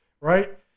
right